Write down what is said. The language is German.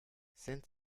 sind